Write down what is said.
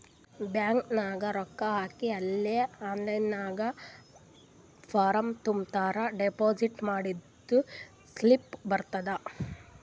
bank ನಾಗ್ ರೊಕ್ಕಾ ಹಾಕಿ ಅಲೇ ಆನ್ಲೈನ್ ನಾಗ್ ಫಾರ್ಮ್ ತುಂಬುರ್ ಡೆಪೋಸಿಟ್ ಮಾಡಿದ್ದು ಸ್ಲಿಪ್ನೂ ಬರ್ತುದ್